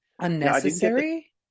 unnecessary